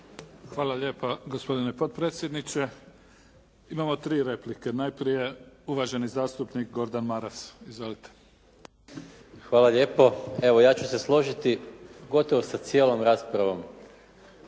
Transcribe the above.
Hvala lijepa gospodine potpredsjedniče. Imamo 3 replike. Najprije uvaženi zastupnik Gordan Maras. Izvolite. **Maras, Gordan (SDP)** Hvala lijepo. Evo, ja ću se složiti gotovo sa cijelom raspravom